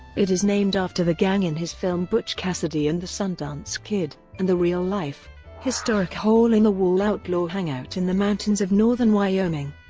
it is named after the gang in his film butch cassidy and the sundance kid, and the real-life, historic hole-in-the-wall outlaw hangout in the mountains of northern wyoming.